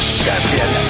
champion